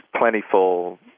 plentiful